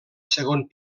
segon